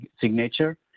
signature